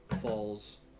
falls